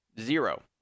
zero